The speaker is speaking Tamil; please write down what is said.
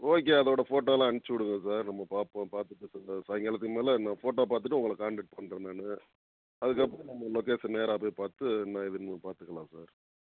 ஓகே அதோட ஃபோட்டோ எல்லாம் அனுப்பிச்சி விடுங்க சார் நம்ம பார்ப்போம் பார்த்துட்டு சொல்கிறேன் சாய்ங்காலத்துக்கு மேலே நான் ஃபோட்டோ பார்த்துட்டு உங்களை காண்டக்ட் பண்ணுறேன் நான் அதுக்கப்புறம் நம்ம லொக்கேஷன் நேராக போய் பார்த்து என்ன ஏதுன்னு நம்ம பார்த்துக்கலாம் சார்